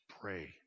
pray